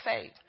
faith